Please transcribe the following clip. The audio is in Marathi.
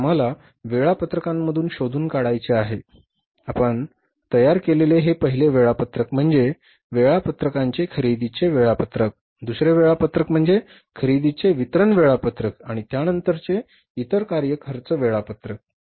आता आम्हाला वेळापत्रकांमधून शोधून काढायचे आहे आपण तयार केलेले पहिले वेळापत्रक म्हणजे वेळापत्रकांचे खरेदीचे वेळापत्रक दुसरे वेळापत्रक म्हणजे खरेदीचे वितरण वेळापत्रक आणि त्यानंतरचे इतर कार्य खर्च वेळापत्रक